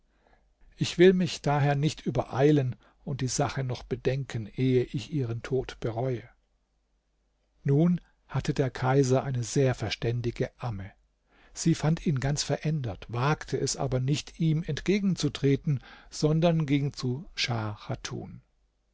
ich will mich daher nicht übereilen und die sache noch bedenken ehe ich ihren tod bereue nun hatte der kaiser eine sehr verständige amme sie fand ihn ganz verändert wagte es aber nicht ihm entgegenzutreten sondern ging zu